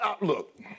look